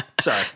Sorry